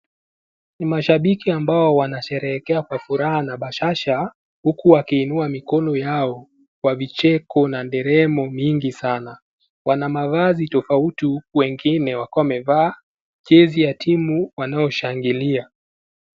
Ni mashabiki ambao wanasherekea kwa furaha na bashasha huku wakiinua mikono yao kwa vicheko na nderemo mingi saaana. Wana mavazi tofauti huku wengine wakiwa wamevaa jezi ya timu wanaoshangilia.